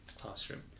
classroom